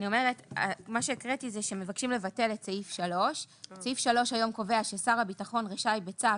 מה שהקראתי זה שמבקשים לבטל את סעיף 3. סעיף 3 היום קובע ששר הביטחון רשאי בצו,